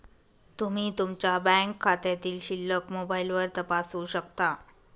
तुम्ही तुमच्या बँक खात्यातील शिल्लक मोबाईलवर तपासू शकता